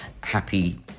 Happy